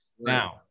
now